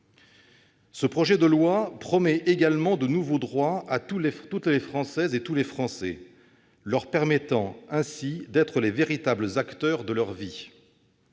Ce projet de foi promet également de nouveaux droits à toutes les Françaises et à tous les Français, leur permettant ainsi d'être les véritables acteurs de leur vie.